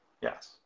Yes